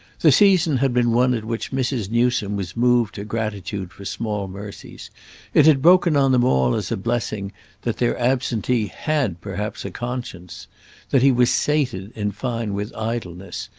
the season had been one at which mrs. newsome was moved to gratitude for small mercies it had broken on them all as a blessing that their absentee had perhaps a conscience that he was sated in fine with idleness,